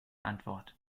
antwort